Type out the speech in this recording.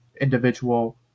individual